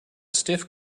stiff